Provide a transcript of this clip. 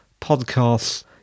Podcasts